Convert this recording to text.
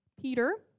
Peter